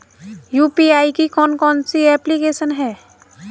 UPI की कौन कौन सी एप्लिकेशन हैं?